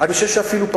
14 מפקחים.